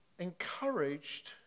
encouraged